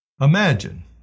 Imagine